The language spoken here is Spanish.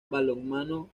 balonmano